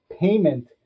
payment